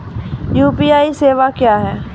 UPI सेवा क्या हैं?